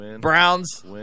Browns